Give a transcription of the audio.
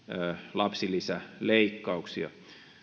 lapsilisäleikkauksia